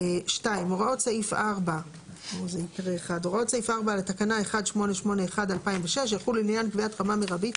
- הוראות סעיף 4 לתקנה 1881/2006 יחולו לעניין קביעת רמה מרבית